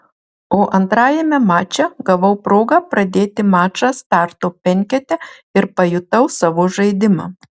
o antrajame mače gavau progą pradėti mačą starto penkete ir pajutau savo žaidimą